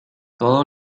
todo